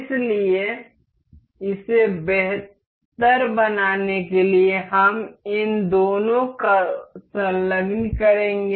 इसलिए इसे बेहतर बनाने के लिए हम इन दोनों को संलग्न करेंगे